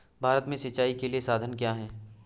भारत में सिंचाई के साधन क्या है?